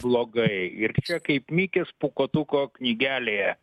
blogai ir čia kaip mikės pūkuotuko knygelėje